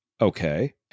Okay